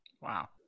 wow